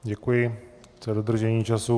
Děkuji za dodržení času.